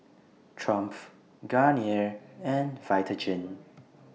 Triumph Garnier and Vitagen